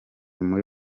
muri